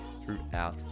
throughout